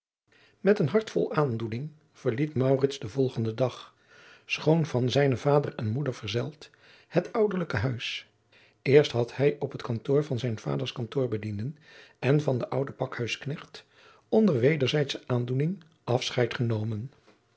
met een hart vol aandoening verliet maurits den volgenden dag schoon van zijne vader en moeder verzeld het ouderlijke huis eerst had hij op het kantoor van zijn vaders kantoorbedienden en van den adriaan loosjes pzn het leven van maurits lijnslager ouden pakhuisknecht onder wederzijdsche aandoening afscheid genomen